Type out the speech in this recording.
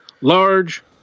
large